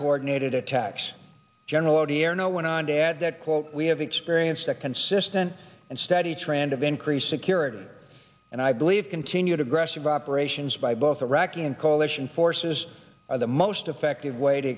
coordinated attacks general odierno went on to add that quote we have experienced a consistent and steady trend of increased security and i believe continued aggressive operations by both iraqi and coalition forces are the most effective way to